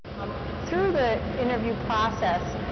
um through the interview process,